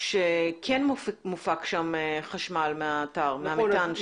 שכן מופק שם חשמל מהמטען.